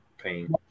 Pain